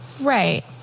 right